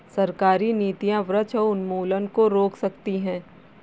सरकारी नीतियां वृक्ष उन्मूलन को रोक सकती है